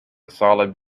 solid